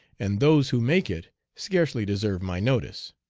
and those who make it scarcely deserve my notice.